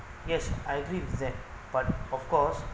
yes I agree with that but of course